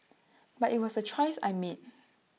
but IT was A choice I made